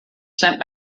sent